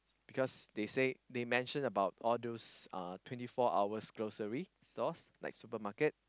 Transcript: because they say they mention about all those uh twenty four hours grocery stalls like supermarket